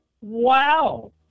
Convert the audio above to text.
Wow